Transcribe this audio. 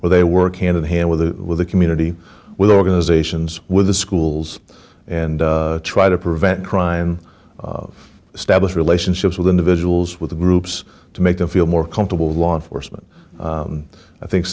where they work hand in hand with the with the community with organizations with the schools and try to prevent crime establish relationships with individuals with groups to make them feel more comfortable with law enforcement i think